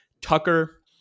Tucker